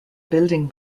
building